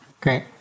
great